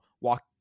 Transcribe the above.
walk